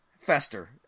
Fester